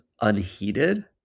unheated